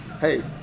hey